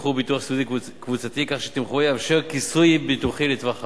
בתמחור ביטוח סיעודי קבוצתי כך שתמחורו יאפשר כיסוי ביטוחי לטווח ארוך.